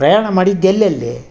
ಪ್ರಯಾಣ ಮಾಡಿದ್ದು ಎಲ್ಲೆಲ್ಲಿ